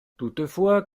toutefois